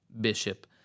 bishop